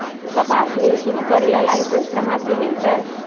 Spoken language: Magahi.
कपास मिल शुरू करे ला लाइसेन्स कहाँ से मिल तय